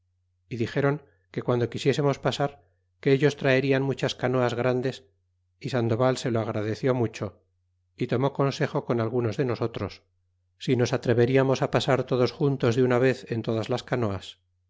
y dixeron que guando quisiesernos pasar que ellos traer jan muchas canoas grandes y sandoval se lo agradeció mucho y tomó consejo con algunos de nosotros si nos atreveriamos á pasar todos juntos de una vez en todas las canoas